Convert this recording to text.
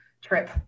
trip